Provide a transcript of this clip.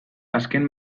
azken